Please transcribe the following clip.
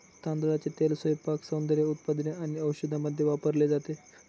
तांदळाचे तेल स्वयंपाक, सौंदर्य उत्पादने आणि औषधांमध्ये वापरले जाते